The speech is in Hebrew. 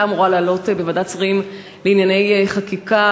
אמורה לעלות בוועדת שרים לענייני חקיקה,